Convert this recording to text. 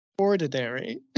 Ordinary